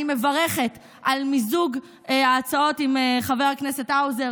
אני מברכת על מיזוג ההצעות עם חבר הכנסת האוזר.